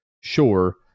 Sure